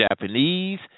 Japanese